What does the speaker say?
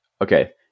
Okay